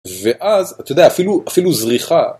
ואז אתה יודע אפילו זריחה